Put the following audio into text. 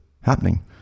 happening